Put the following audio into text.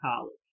college